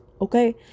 okay